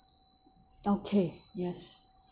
okay yes